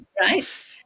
right